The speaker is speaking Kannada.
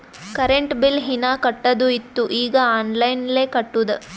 ಕರೆಂಟ್ ಬಿಲ್ ಹೀನಾ ಕಟ್ಟದು ಇತ್ತು ಈಗ ಆನ್ಲೈನ್ಲೆ ಕಟ್ಟುದ